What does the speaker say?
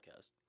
podcast